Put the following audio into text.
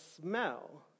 smell